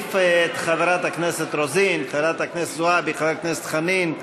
חברי הכנסת, 33 בעד, אין מתנגדים או נמנעים.